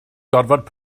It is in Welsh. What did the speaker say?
gorfod